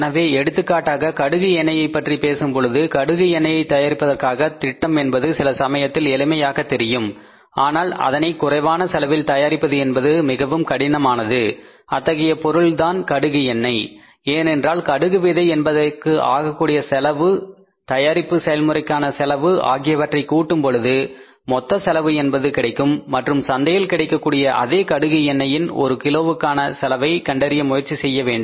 எனவே எடுத்துக்காட்டாக கடுகு எண்ணையை பற்றி பேசும்பொழுது கடுகு எண்ணையை தயாரிப்பதற்கான திட்டம் என்பது சில சமயத்தில் எளிமையாகத் தெரியும் ஆனால் அதனைகுறைவான செலவில் தயாரிப்பது என்பது மிகவும் கடினமானது அத்தகைய பொருள்தான் கடுகு எண்ணெய் ஏனென்றால் கடுகு விதை என்பதற்கு ஆகக்கூடிய செலவு கூட்டல் தயாரிப்பு செயல் முறைக்கான செலவு ஆகியவற்றைக் கூட்டும் பொழுது மொத்த செலவு என்பது கிடைக்கும் மற்றும் சந்தையில் கிடைக்கக்கூடிய அதே கடுகு எண்ணெயின் ஒரு கிலோவுக்கான செலவை கண்டறிய முயற்சி செய்ய வேண்டும்